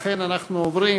לכן אנחנו עוברים,